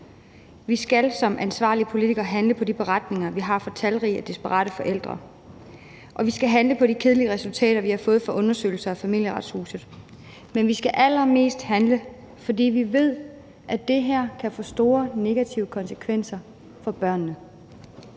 Vi skal som ansvarlige politikere handle på de beretninger, vi har fra talrige desperate forældre. Og vi skal handle på de kedelige resultater, vi har fået fra undersøgelser af Familieretshuset. Men vi skal allermest handle, fordi vi ved, at det her kan få store negative konsekvenser for børnene